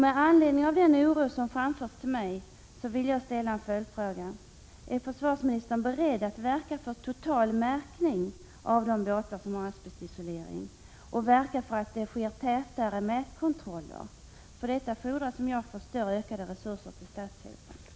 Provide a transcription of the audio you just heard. Med anledning av den oro som framförts till mig vill jag ställa en följdfråga: Är försvarsministern beredd att verka för att totalmärkning sker av de båtar som har asbestisolering och för att tätare mätkontroller sker? För detta fordras, såvitt jag förstår, ökade resurser till Statshälsan.